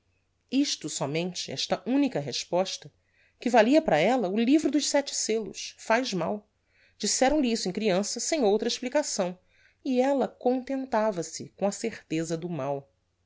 isto somente esta unica resposta que valia para ella o livro dos sete sellos faz mal disseram-lhe isso em criança sem outra explicação e ella contentava-se com a certeza do mal